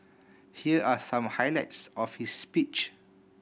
here are some highlights of his speech